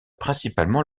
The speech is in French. principalement